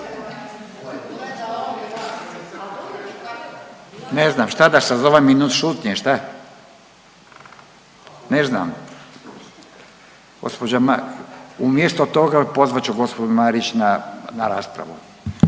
Ne znam, šta da sazovem minut šutnje, šta? Ne znam. Umjesto toga, pozvat ću gđu Marić na raspravu.